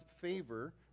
favor